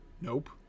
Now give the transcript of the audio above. Nope